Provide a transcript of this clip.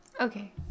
Okay